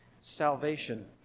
salvation